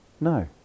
no